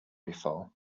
before